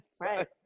right